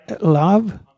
love